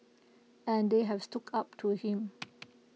and they have stood up to him